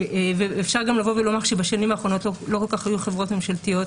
אפשר גם לבוא ולומר שבשנים האחרונות לא כל כך היו חברות ממשלתיות